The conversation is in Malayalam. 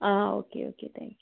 uh okay okay thank you